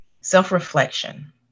self-reflection